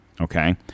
Okay